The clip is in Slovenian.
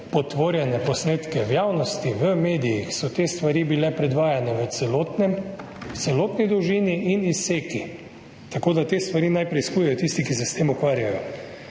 potvorjene posnetke. V javnosti, v medijih so bile te stvari predvajane v celotni dolžini in izseki. Tako da te stvari naj preiskujejo tisti, ki se s tem ukvarjajo.